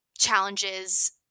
challenges